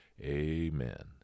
Amen